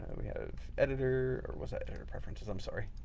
and we have editor or was that editor preferences? i'm sorry.